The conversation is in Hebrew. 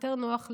ליותר נוח,